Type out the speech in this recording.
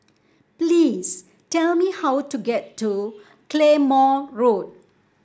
please tell me how to get to Claymore Road